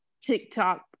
tiktok